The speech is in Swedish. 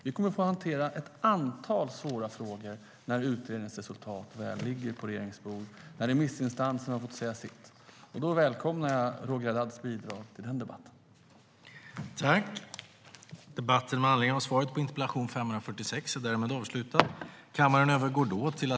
Vi kommer att få hantera ett antal svåra frågor när utredningens resultat väl ligger på regeringens bord och när remissinstanserna har fått säga sitt. Då välkomnar jag Roger Haddads bidrag till den debatten.